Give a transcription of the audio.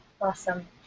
Awesome